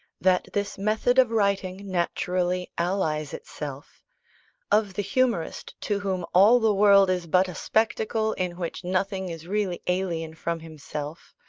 that this method of writing naturally allies itself of the humourist to whom all the world is but a spectacle in which nothing is really alien from himself,